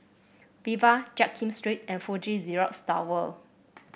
Viva Jiak Kim Street and Fuji Xerox Tower